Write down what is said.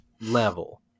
level